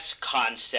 concept